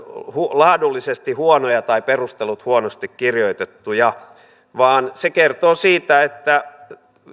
laadullisesti huonoja tai perustelut huonosti kirjoitettuja vaan se kertoo siitä että